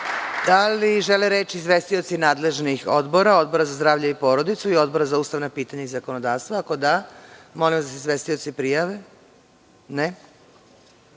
Da li žele reč izvestioci nadležnih odbora, Odbora za zdravlje i porodicu i Odbora za ustavna pitanja i zakonodavstvo? Molim vas da se izvestioci prijave.